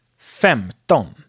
Femton